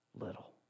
Little